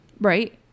right